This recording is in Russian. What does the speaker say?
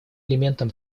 элементом